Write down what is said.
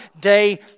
day